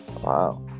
wow